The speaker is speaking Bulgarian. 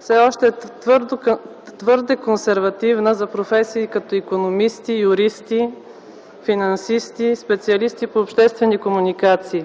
все още е твърде консервативна за професии като икономисти, юристи, финансисти, специалисти по обществени комуникации,